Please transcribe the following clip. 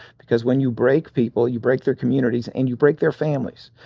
because when you break people, you break their communities and you break their families.